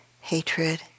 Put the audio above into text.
hatred